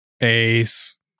Ace